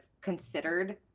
considered